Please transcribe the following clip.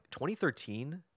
2013